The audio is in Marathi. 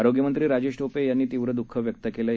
आरोग्यमंत्री राजेश टोपे यांनी तीव्र द्ःख व्यक्त केलं आहे